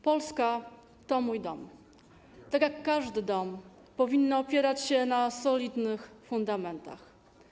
Polska to mój dom i tak jak każdy dom powinna opierać się na solidnych fundamentach.